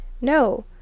no